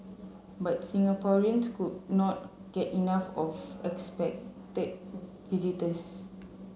but Singaporeans could not get enough of unexpected visitors